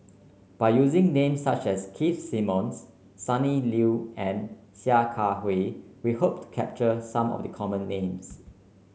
by using names such as Keith Simmons Sonny Liew and Sia Kah Hui we hope to capture some of the common names